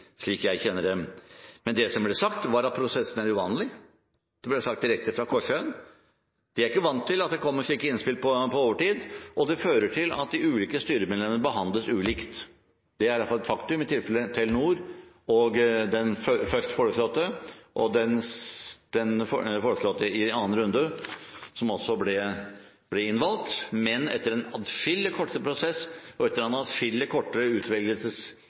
slik jeg kjenner dem. Det som ble sagt, var at prosessen var uvanlig. Det ble sagt direkte fra Korssjøen. De er ikke vant til at det kommer slike innspill på overtid, og det fører til at de ulike styremedlemmene behandles ulikt. Det er i alle fall et faktum i tilfellet Telenor, der ikke den først foreslåtte, men den som ble foreslått i andre runde ble innvalgt etter en atskillig kortere utvelgelsesprosess enn den som gjaldt for de øvrige medlemmer. En valgkomité sitter og